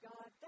God